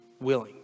willing